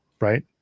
right